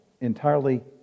entirely